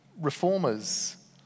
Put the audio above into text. reformers